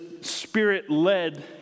spirit-led